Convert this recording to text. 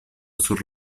sur